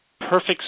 perfect